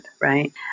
right